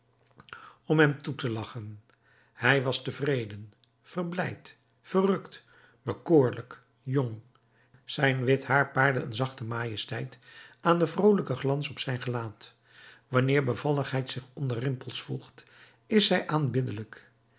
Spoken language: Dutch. om hem toe te lachen hij was tevreden verblijd verrukt bekoorlijk jong zijn wit haar paarde een zachte majesteit aan den vroolijken glans op zijn gelaat wanneer bevalligheid zich onder rimpels voegt is zij aanbiddelijk